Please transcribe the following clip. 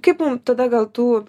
kaip mum tada gal tų